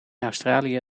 australië